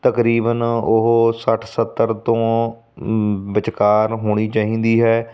ਤਕਰੀਬਨ ਉਹ ਸੱਠ ਸੱਤਰ ਤੋਂ ਵਿਚਕਾਰ ਹੋਣੀ ਚਾਹੀਦੀ ਹੈ